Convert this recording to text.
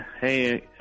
Hey